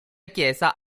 chiesa